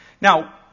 Now